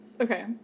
Okay